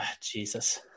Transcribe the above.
Jesus